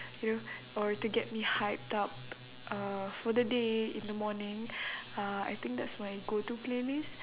you know or to get me hyped up uh for the day in the morning uh I think that's my go to playlist